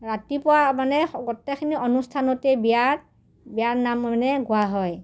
ৰাতিপুৱা মানে গোটেইখিনি অনুষ্ঠানতেই বিয়াৰ বিয়াৰ নাম মানে গোৱা হয়